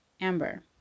Amber